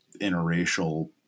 interracial